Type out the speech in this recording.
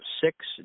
six